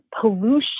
pollution